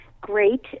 great